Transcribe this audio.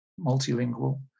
multilingual